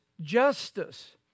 justice